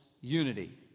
unity